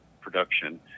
production